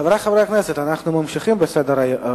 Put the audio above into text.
חברי חברי הכנסת, אנחנו ממשיכים בסדר-היום.